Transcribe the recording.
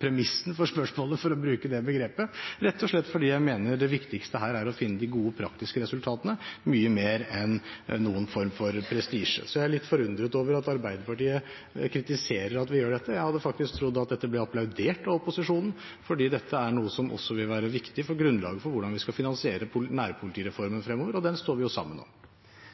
premissen for spørsmålet, for å bruke det begrepet, rett og slett fordi jeg mener det viktigste her er å finne de gode, praktiske resultatene – mye viktigere enn noen form for prestisje. Jeg er litt forundret over at Arbeiderpartiet kritiserer at vi gjør dette. Jeg hadde faktisk trodd at dette skulle bli applaudert av opposisjonen, for dette er noe som også vil være et viktig grunnlag for hvordan vi skal finansiere nærpolitireformen fremover – og den står vi jo sammen om.